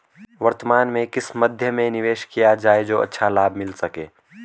वर्तमान में किस मध्य में निवेश किया जाए जो अच्छा लाभ मिल सके?